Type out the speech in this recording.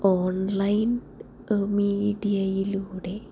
online മീഡിയയിലൂടെ